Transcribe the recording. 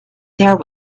there